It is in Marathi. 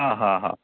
हां हां हां